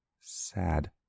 sad